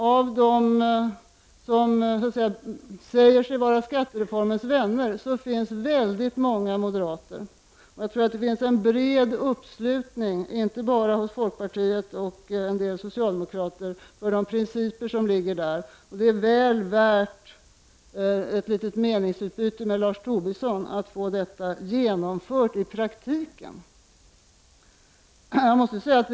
Bland dem som säger sig vara skattereformens vänner finns säkert många moderater, och jag tror att det finns en bred uppslutning, inte bara hos folkpartiet och en del socialdemokrater, för de principer som ligger till grund för den reformen. Det är väl värt ett litet meningsutbyte med Lars Tobisson att få detta genomfört i praktiken.